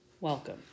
Welcome